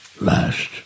last